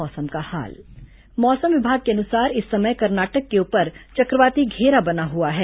मौसम मौसम विभाग के अनुसार इस समय कर्नाटक के ऊपर चक्रवाती घेरा बना हुआ है